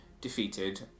defeated